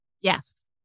Yes